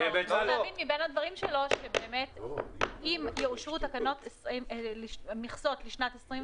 להבין מהדברים שלו שבאמת אם יאושרו מכסות לשנת 2021,